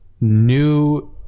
new